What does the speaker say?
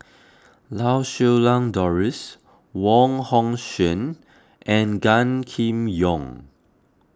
Lau Siew Lang Doris Wong Hong Suen and Gan Kim Yong